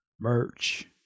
merch